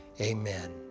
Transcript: amen